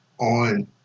on